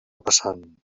passant